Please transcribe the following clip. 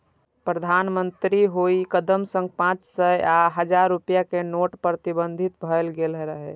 प्रधानमंत्रीक ओइ कदम सं पांच सय आ हजार रुपैया के नोट प्रतिबंधित भए गेल रहै